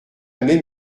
même